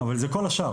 אבל זה כל השאר.